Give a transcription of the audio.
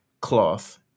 cloth